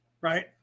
right